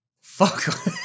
Fuck